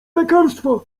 lekarstwa